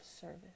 service